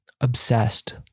obsessed